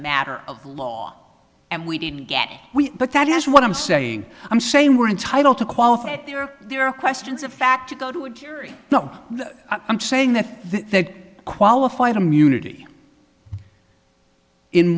matter of law and we didn't get we but that has what i'm saying i'm saying we're entitled to qualify it there are there are questions of fact you go to a jury now i'm saying that they qualified immunity in